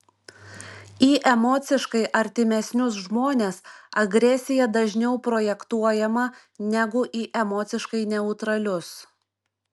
į emociškai artimesnius žmones agresija dažniau projektuojama negu į emociškai neutralius